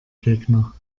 gegner